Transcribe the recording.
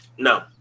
No